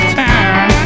time